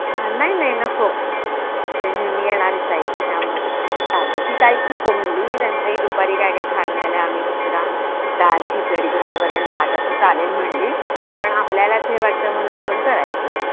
हां नाही नाही नको आपले नेहमी येणारीच आहे ती त्यामुळं चालतं ती काहीच नको म्हणाली त्यांचंही दुपारी काय काय खाणं झालं आहे आम्ही फक्त काम डाळ खिचडी किंवा वरण भात असं चालेल म्हणाली पण आपल्यालाच हे वाटतं म्हणून आपण करायचं